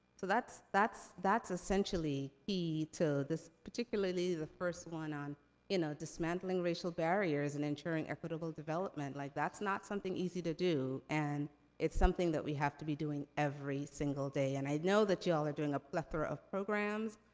that's that's essentially key to this, particularly the first one on you know dismantling racial barriers and ensuring equitable development. like, that's not something easy to do, and it's something that we have to be doing every single day. and i know that you all are doing a plethora of programs,